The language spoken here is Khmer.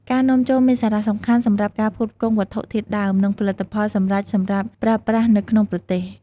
ការនាំចូលមានសារៈសំខាន់សម្រាប់ការផ្គត់ផ្គង់វត្ថុធាតុដើម និងផលិតផលសម្រេចសម្រាប់ប្រើប្រាស់នៅក្នុងប្រទេស។